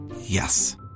Yes